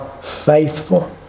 faithful